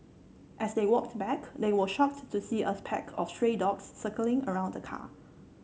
as they walked back they were shocked to see a pack of stray dogs circling around the car